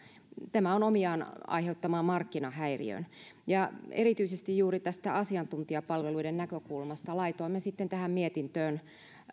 tämä on omiaan aiheuttamaan markkinahäiriön erityisesti juuri tästä asiantuntijapalveluiden näkökulmasta laitoimme tähän mietintöön